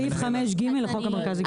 סעיף 5ג לחוק המרכז לגביית קנסות.